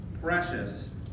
Precious